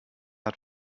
hat